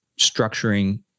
structuring